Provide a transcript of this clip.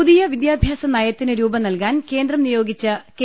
പുതിയ വിദ്യാഭ്യാസ നയത്തിന് രൂപം നൽകാൻ കേന്ദ്രം നിയോഗിച്ച കെ